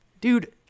dude